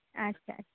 ᱟᱪᱪᱷᱟ ᱚᱪᱪᱷᱟ